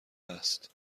است